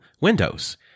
Windows